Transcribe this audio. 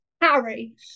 Harry